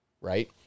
right